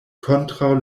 kontraŭ